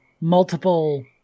multiple